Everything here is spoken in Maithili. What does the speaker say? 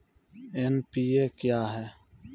एन.पी.ए क्या हैं?